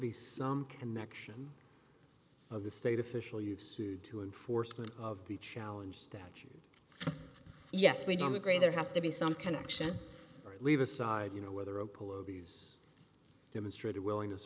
be some connection of the state official you've sued to enforcement of the challenge that you yes we don't agree there has to be some connection or leave aside you know whether a pool of these demonstrated willingness